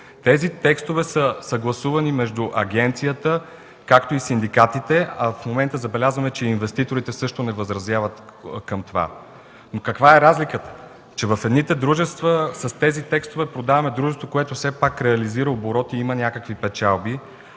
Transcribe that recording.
Тези текстове са съгласувани между Агенцията, както и синдикатите, а в момента забелязваме, че инвеститорите също не възразяват към това. Но каква е разликата? Че в едните дружества с тези текстове продаваме дружество, което все пак реализира оборот и има някакви печалби,